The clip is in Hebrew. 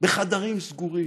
בחדרים סגורים.